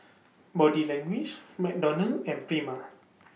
Body Language McDonald's and Prima